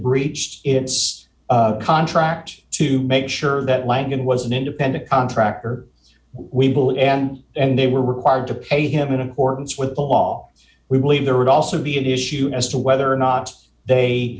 breached its contract to make sure that lancken was an independent contractor we will end and they were required to pay him an importance with the law we believe there would also be an issue as to whether or not they